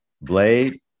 Blade